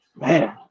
Man